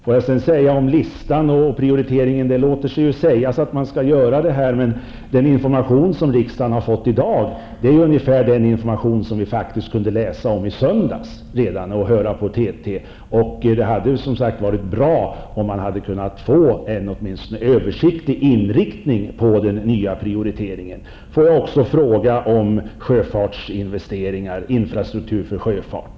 Beträffande en lista över prioriteringarna låter det sig ju sägas att en sådan bör göras, men den information som riksdagen har fått i dag är ungefär densamma som vi kunde läsa oss till och höra via TT redan i söndags. Det hade varit bra om vi hade kunnat få åtminstone en översiktlig inriktning på den nya prioriteringen. Får jag också påminna om frågan om infrastrukturinvesteringar för sjöfarten.